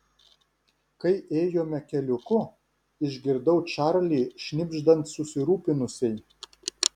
kai ėjome keliuku išgirdau čarlį šnibždant susirūpinusiai